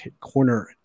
corner